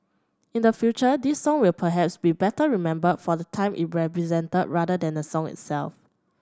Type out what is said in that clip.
in the future this song will perhaps be better remembered for the time it represented rather than the song itself